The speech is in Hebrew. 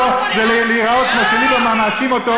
זה להיראות כמו שליברמן מאשים אותו,